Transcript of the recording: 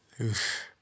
Oof